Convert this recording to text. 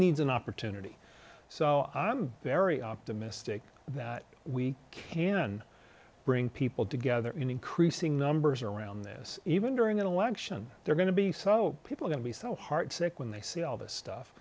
needs an opportunity so i'm very optimistic that we can bring people together in increasing numbers around this even during an election they're going to be so people going to be so heartsick when they see all this stuff